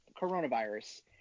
coronavirus